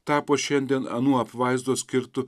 tapo šiandien nuo apvaizdos skirtu